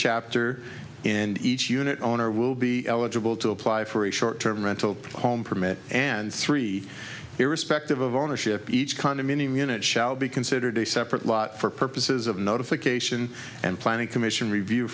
chapter and each unit owner will be eligible to apply for a short term mental problem home permit and three irrespective of ownership each condominium unit shall be considered a separate lot for purposes of notification and planning commission review